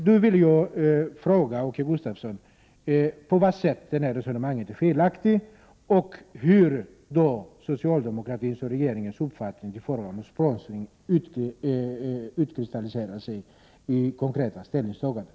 Nu vill jag fråga Åke Gustavsson på vad sätt det resonemanget är felaktigt och hur socialdemokratins och regeringens uppfattning i fråga om sponsring utkristalliserar sig i konkreta ställningstaganden.